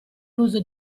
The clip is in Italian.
l’uso